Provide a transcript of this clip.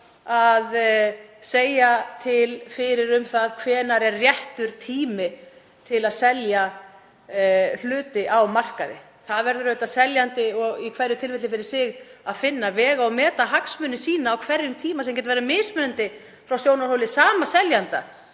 að segja fyrir um það hvenær sé réttur tími til að selja hluti á markaði. Það verður auðvitað seljandi í hverju tilfelli fyrir sig að finna, vega og meta hagsmuni sína á hverjum tíma sem getur verið mismunandi frá sjónarhóli sama seljenda